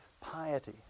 piety